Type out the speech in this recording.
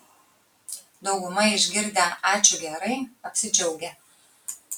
dauguma išgirdę ačiū gerai apsidžiaugia